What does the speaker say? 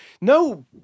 No